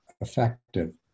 effective